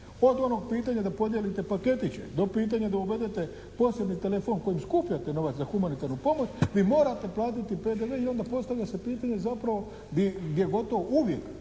od onog pitanja da podijelite paketiće do pitanja da uvedete posebni telefon kojim skupljate novac za humanitarnu pomoć vi morate platiti PDV i onda postavlja se pitanje zapravo gdje gotovo uvijek